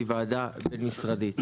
והיא ועדה בין-משרדית.